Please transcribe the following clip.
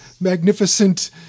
magnificent